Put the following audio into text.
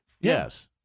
Yes